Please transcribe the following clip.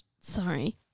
Sorry